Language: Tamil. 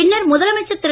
பின்னர் முதலமைச்சர் திரு